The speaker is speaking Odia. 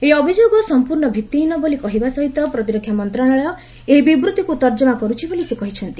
ଏହି ଅଭିଯୋଗ ସମ୍ପର୍ଣ୍ଣ ଭିଭିହୀନ ବୋଳି କହିବା ସହିତ ପ୍ରତିରକ୍ଷା ମନ୍ତଶାଳୟ ଏହି ବିବୃଭିକୁ ତର୍ଜମା କରୁଛି ବୋଲି ସେ କହିଛନ୍ତି